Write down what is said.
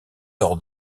hors